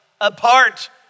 apart